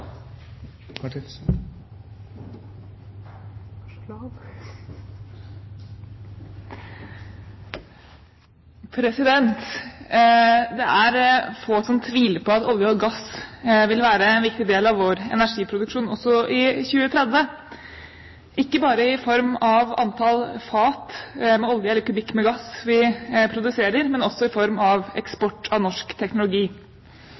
få som tviler på at olje og gass vil være en viktig del av vår energiproduksjon også i 2030, ikke bare i form av antall fat med olje eller kubikk med gass vi produserer, men også i form av eksport av norsk teknologi.